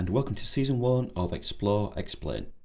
and welcome to season one of explore explain.